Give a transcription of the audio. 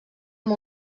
amb